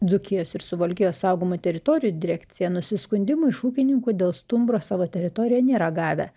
dzūkijos ir suvalkijos saugomų teritorijų direkcija nusiskundimų iš ūkininkų dėl stumbro savo teritorijoje nėra gavę